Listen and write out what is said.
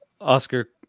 Oscar